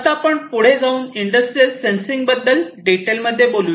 आता आपण पुढे जाऊ इंडस्ट्रियल सेन्सिंग बद्दल डिटेलमध्ये बोलूया